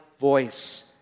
voice